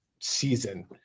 season